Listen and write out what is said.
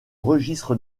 registre